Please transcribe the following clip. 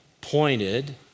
pointed